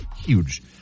huge